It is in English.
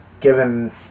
given